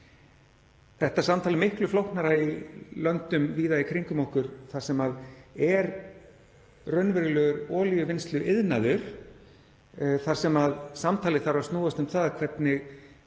Þetta samtal er miklu flóknara í löndum víða í kringum okkur þar sem er raunverulegur olíuvinnsluiðnaður þar sem samtalið þarf að snúast um það hvernig